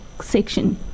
section